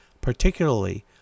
particularly